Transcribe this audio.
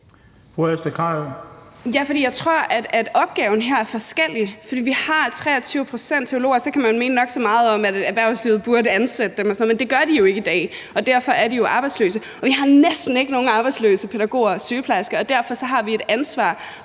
Vi har en arbejdsløshedsprocent på 23 blandt teologer, og så kan man mene nok så meget om, at erhvervslivet burde ansætte dem og sådan noget, men det gør de jo ikke i dag, og derfor er de arbejdsløse. Vi har næsten ingen arbejdsløse pædagoger og sygeplejersker, og derfor har vi et ansvar